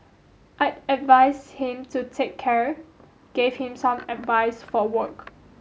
I advise him to take care gave him some advice for work